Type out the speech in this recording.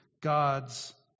God's